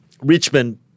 Richmond